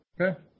Okay